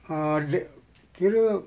ah dia kira